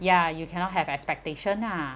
ya you cannot have expectation nah